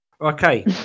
Okay